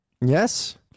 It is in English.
Yes